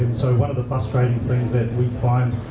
so one of the frustrating things that we find,